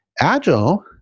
Agile